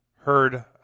heard